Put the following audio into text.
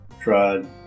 tried